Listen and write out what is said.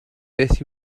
beth